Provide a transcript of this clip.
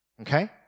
Okay